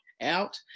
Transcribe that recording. Out